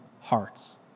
hearts